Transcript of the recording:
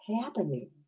happening